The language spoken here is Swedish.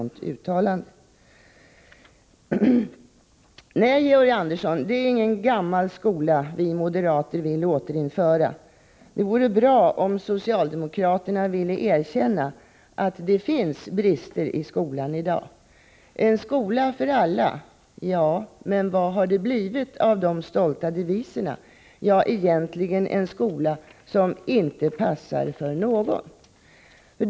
Nej, Georg Andersson, det är ingen gammal skola vi moderater vill återinföra. Det vore bra om socialdemokraterna ville erkänna att det finns brister i skolan i dag. En skola för alla. Ja, men vad har det blivit av de stolta deviserna? Jo, en skola som egentligen inte passar för någon.